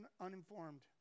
uninformed